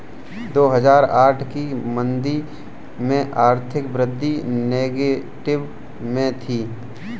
दो हजार आठ की मंदी में आर्थिक वृद्धि नेगेटिव में थी